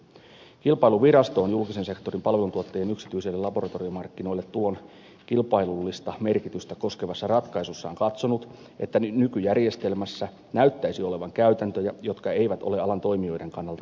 kilpailuvirasto on julkisen sektorin palveluntuottajien yksityisille laboratoriomarkkinoille tulon kilpailullista merkitystä koskevassa ratkaisussaan katsonut että nykyjärjestelmässä näyttäisi olevan käytäntöjä jotka eivät ole alan toimijoiden kannalta kilpailuneutraaleja